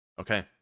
Okay